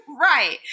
right